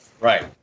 Right